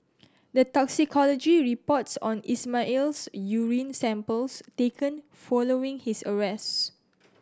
the toxicology reports on Ismail's urine samples taken following his arrest